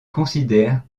considèrent